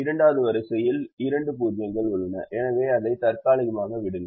இரண்டாவது வரிசையில் இரண்டு 0 கள் உள்ளன எனவே அதை தற்காலிகமாக விடுங்கள்